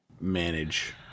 manage